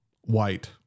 white